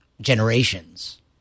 generations